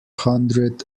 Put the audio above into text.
hundred